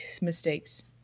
mistakes